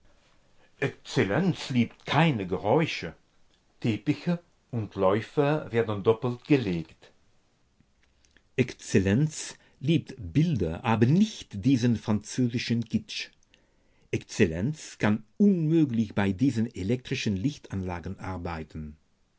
exzellenz liebt keine geräusche teppiche und läufer werden doppelt gelegt exzellenz liebt bilder aber nicht diesen französischen kitsch exzellenz kann unmöglich bei diesen elektrischen lichtanlagen arbeiten